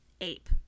ape